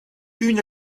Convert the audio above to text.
une